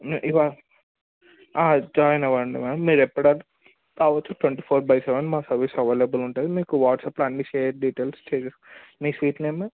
ఇవా జాయిన్ అవ్వండి మ్యామ్ మీరు ఎప్పుడన్న రావచ్చు ట్వంటి ఫోర్ బై సెవెన్ మా సర్వీస్ అవైలబుల్ ఉంటుంది మీకు వాట్సాప్లో అన్నీషేర్ డీటైల్స్ చే మీ స్వీట్ నేమ్